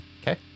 Okay